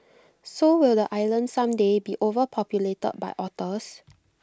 so will the island someday be overpopulated by otters